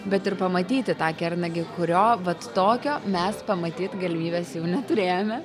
bet ir pamatyti tą kernagį kurio vat tokio mes pamatyt galimybės jau neturėjome